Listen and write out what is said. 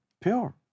pure